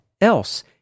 else